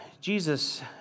Jesus